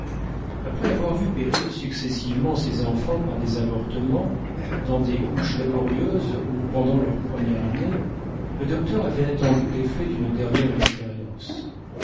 après avoir vu périr successivement ses enfants par des avortements dans des couches laborieuses ou pendant leur première année le docteur avait attendu l'effet d'une dernière expérience